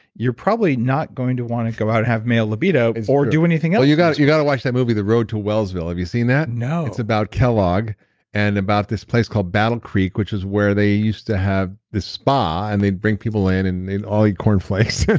you're probably not going to want to go out and have male libido, or do anything else you got you got to watch that movie, the road to wellsville. have you seen that? no it's about kellogg and about this place called battle creek, which is where they used to have this spa, and they'd bring people in and they'd all eat corn flakes.